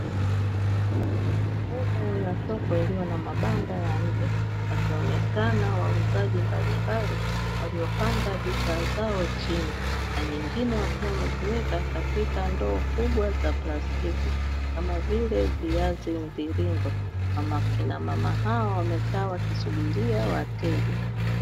Sehemu ya soko iliyo na mabanda ya nje, wakionekana wauzaji mbalimbali waliopanga bidhaa zao chini na nyingine wakiwa wameziweka katika ndoo kubwa za plastiki kama vile viazi mviringo. Wakina mama hawa wamekaa wakisubiria wateja.